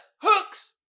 hooks